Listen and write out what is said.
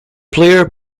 player